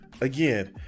again